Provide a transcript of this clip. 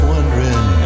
Wondering